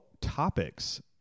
topics